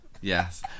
Yes